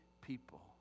people